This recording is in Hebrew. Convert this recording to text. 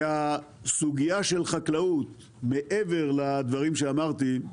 והסוגיה של חקלאות מעבר לדברים שאמרתי,